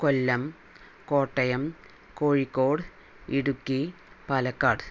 Kollam Kottayam Kozhikode Idukki Palakkad